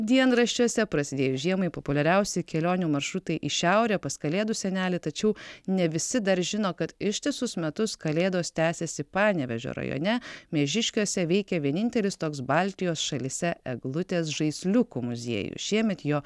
dienraščiuose prasidėjus žiemai populiariausi kelionių maršrutai į šiaurę pas kalėdų senelį tačiau ne visi dar žino kad ištisus metus kalėdos tęsiasi panevėžio rajone miežiškiuose veikia vienintelis toks baltijos šalyse eglutės žaisliukų muziejus šiemet jo